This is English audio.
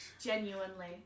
Genuinely